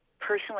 personally